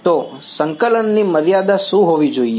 તો સંકલનની મર્યાદા શું હોવી જોઈએ